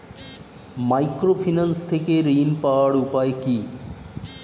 Microfinance থেকে ঋণ পাওয়ার উপায় কি?